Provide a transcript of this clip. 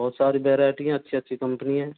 बहुत सारी वराइइटी है अच्छी अच्छी कंपनी है